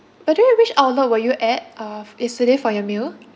by the way which outlet were you at uh yesterday for your meal